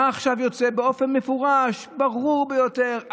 מה עכשיו יוצא באופן מפורש, ברור ביותר?